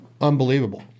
unbelievable